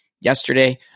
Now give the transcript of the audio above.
Yesterday